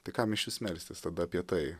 tai kam išvis melstis tada apie tai